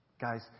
Guys